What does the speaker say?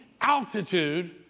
altitude